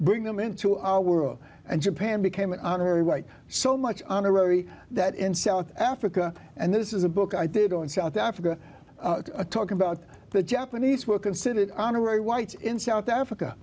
bring them into our world and japan became an honorary white so much honorary that in south africa and this is a book i did on south africa talk about the japanese were considered honorary whites in south africa